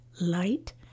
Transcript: light